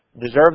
Deserve